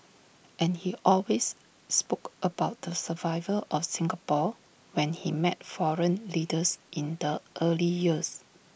and he always spoke about the survival of Singapore when he met foreign leaders in the early years